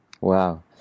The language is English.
Wow